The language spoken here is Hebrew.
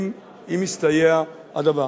אם יסתייע הדבר.